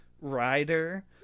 Rider